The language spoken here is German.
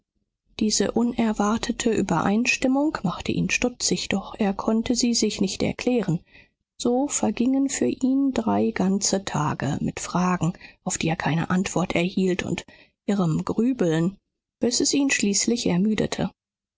diese unerwartete übereinstimmung machte ihn stutzig doch er konnte sie sich nicht erklären so vergingen für ihn drei ganze tage mit fragen auf die er keine antwort erhielt und irrem grübeln bis es ihn schließlich ermüdete